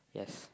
yes